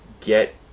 get